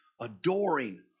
adoring